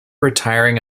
retiring